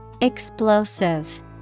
Explosive